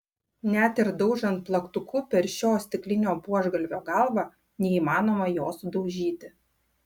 net ir daužant plaktuku per šio stiklinio buožgalvio galvą neįmanoma jo sudaužyti